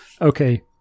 okay